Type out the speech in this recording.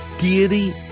deity